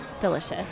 delicious